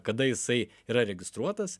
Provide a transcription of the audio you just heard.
kada jisai yra registruotas